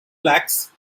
blacks